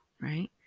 right